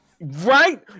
right